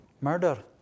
Murder